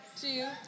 two